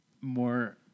more